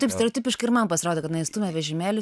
taip stereotipiškai ir man pasirodė kad jinai stumia vežimėlį